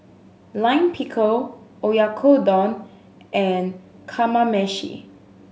Lime Pickle Oyakodon and Kamameshi